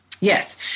Yes